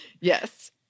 Yes